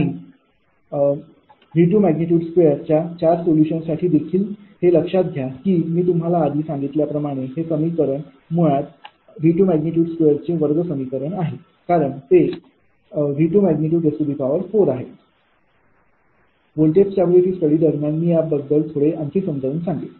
आणि V22च्या चार सोलुशन साठी हे देखील लक्षात घ्या की मी तुम्हाला आधी सांगितल्या प्रमाणे हे समीकरण मुळात V22 चे वर्ग समीकरण आहे कारण ते V24आहे व्होल्टेज स्टॅबिलिटी स्टडी दरम्यान मी याबद्दल थोडे आणखी समजावून सांगेल